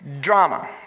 Drama